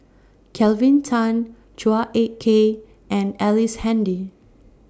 Kelvin Tan Chua Ek Kay and Ellice Handy